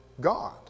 God